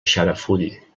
xarafull